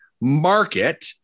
market